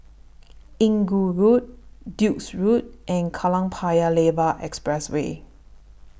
Inggu Road Duke's Road and Kallang Paya Lebar Expressway